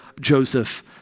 Joseph